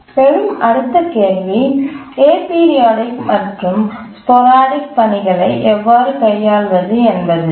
எழும் அடுத்த கேள்வி ஏபிரியாடிக் மற்றும் ஸ்போரடிக் பணிகளை எவ்வாறு கையாள்வது என்பதுதான்